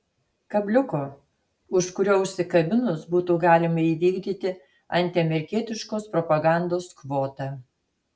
kabliuko už kurio užsikabinus būtų galima įvykdyti antiamerikietiškos propagandos kvotą